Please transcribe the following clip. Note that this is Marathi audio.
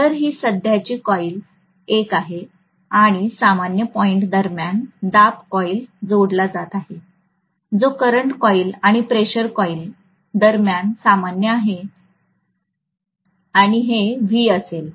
तर ही सध्याची कॉइल 1 आहे आणि सामान्य पॉइंट दरम्यान दाब कॉइल जोडला जात आहे जो करंट कॉईल आणि प्रेशर कॉईल दरम्यान सामान्य आहे आणि हे V असेल